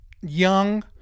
young